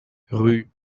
rue